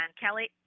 Kelly